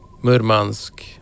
Murmansk